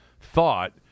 thought